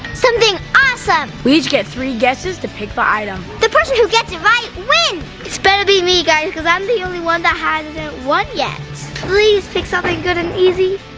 something awesome! we each get three guesses to pick the item. the person who gets it right, wins! it better be me guys, cause i'm the only one that hasn't won yet. please pick something good and easy.